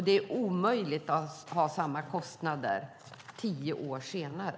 Det är omöjligt att ha samma kostnader tio år senare.